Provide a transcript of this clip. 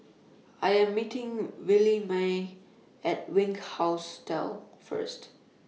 I Am meeting Williemae At Wink Hostel First